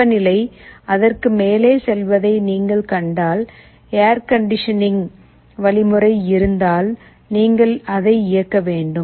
வெப்பநிலை அதற்கு மேலே செல்வதை நீங்கள் கண்டால் ஏர் கண்டிஷனிங் வழிமுறை இருந்தால் நீங்கள் அதை இயக்க வேண்டும்